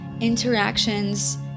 interactions